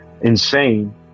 insane